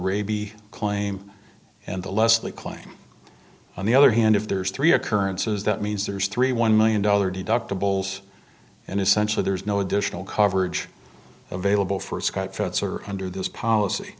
raby claim and the less they claim on the other hand if there's three occurrences that means there's three one million dollar deductibles and essentially there's no additional coverage available for scott fetzer under this policy